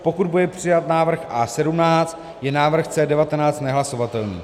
pokud bude přijat návrh A17, je návrh C19 nehlasovatelný